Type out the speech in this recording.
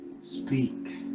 speak